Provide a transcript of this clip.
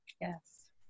Yes